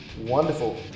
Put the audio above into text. Wonderful